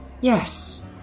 Yes